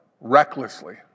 recklessly